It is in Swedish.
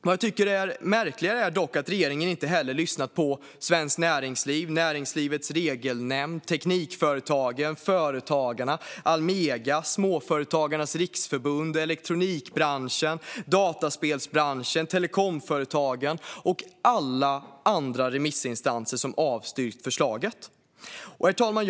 Vad jag tycker är märkligare är dock att regeringen inte heller lyssnar på Svenskt Näringsliv, Näringslivets Regelnämnd, Teknikföretagen, Företagarna, Almega, Småföretagarnas Riksförbund, Elektronikbranschen, Dataspelsbranschen, Telekomföretagen och alla andra remissinstanser som avstyrkt förslaget. Herr talman!